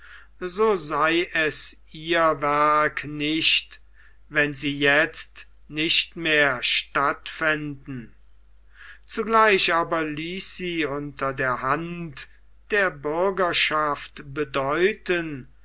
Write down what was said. so sei es ihr werk nicht wenn sie jetzt nicht mehr statt fänden zugleich aber ließ sie unter der hand der bürgerschaft bedeuten